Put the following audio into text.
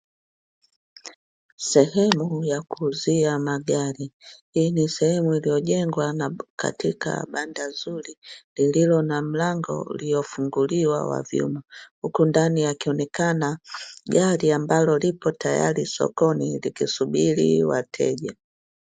Sehemu ya kuuzia magari. Hii ni sehemu iliyojengwa katika banda zuri lililo na mlango uliofunguliwa wa vioo. Huku ndani likionekana gari ambalo lipo tayari sokoni likisubiri wateja.